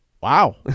wow